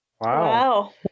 Wow